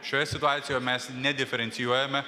šioje situacijoj mes nediferencijuojame